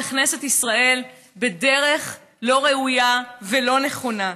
בכנסת ישראל, בדרך לא ראויה ולא נכונה.